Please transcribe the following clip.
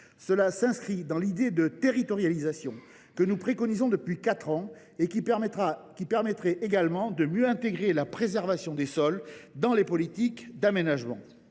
Suivant l’idée de territorialisation que nous préconisons depuis quatre ans, cette mesure permettrait également de mieux intégrer la préservation des sols dans les politiques d’aménagement.